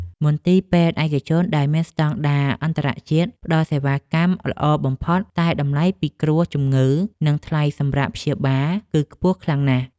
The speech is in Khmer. មន្ទីរពេទ្យឯកជនដែលមានស្តង់ដារអន្តរជាតិផ្ដល់សេវាកម្មល្អបំផុតតែតម្លៃពិគ្រោះជំងឺនិងថ្លៃសម្រាកព្យាបាលគឺខ្ពស់ខ្លាំងណាស់។